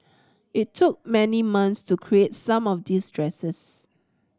it took many months to create some of these dresses